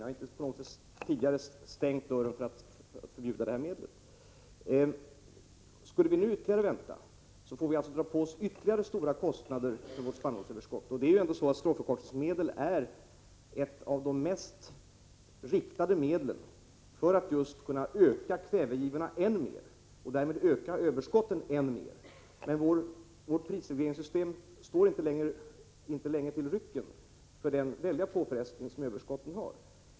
Jag har inte tidigare stängt dörren för att förbjuda det här medlet. Skulle vi nu vänta ytterligare med ett förbud, skulle vi få dra på oss ytterligare stora kostnader för spannmålsöverskottet. Stråförkortningsmedel är ju ett av de mest riktade instrumenten för att kunna öka kvävegivorna än mer och därmed öka överskotten än mer. Men vårt prisregleringssystem står inte rycken länge till för den väldiga påfrestning som överskotten innebär.